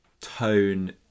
tone